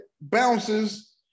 bounces